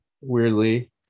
weirdly